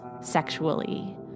sexually